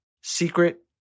Secret